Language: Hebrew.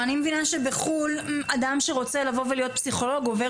אני מבינה שבחו"ל אדם שרוצה להיות פסיכולוג עובר